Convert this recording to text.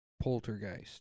poltergeist